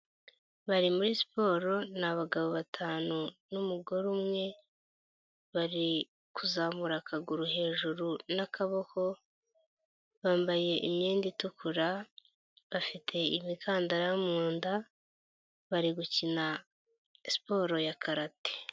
Bari muri siporo ni abagabo batanu n'umugore umwe bari kuzamura akaguru hejuru n'akaboko, bambaye imyenda itukura, bafite imikandara mu nda bari gukina siporo ya karate.